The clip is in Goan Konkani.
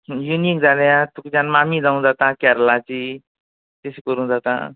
जाल्यार तुमच्यान मामी जावूं जाता केरलाची तश करूं जाता